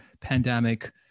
pandemic